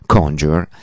Conjure